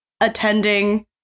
attending